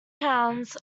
towns